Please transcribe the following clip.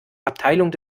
abteilung